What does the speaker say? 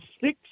six